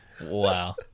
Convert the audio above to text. Wow